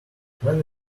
when